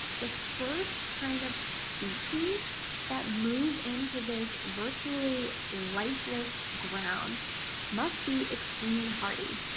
the first kind of species that move into this virtually lifeless ground must be extremely hardy.